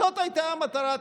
זאת הייתה המטרה.